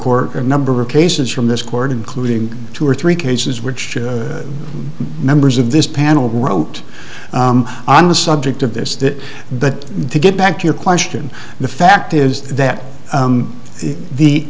court a number of cases from this court including two or three cases which members of this panel wrote on the subject of this that but to get back to your question the fact is that the the